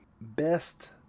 best